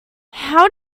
how